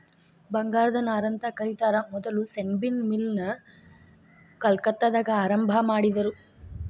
ಬಂಗಾರದ ನಾರಂತ ಕರಿತಾರ ಮೊದಲ ಸೆಣಬಿನ್ ಮಿಲ್ ನ ಕೊಲ್ಕತ್ತಾದಾಗ ಆರಂಭಾ ಮಾಡಿದರು